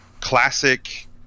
classic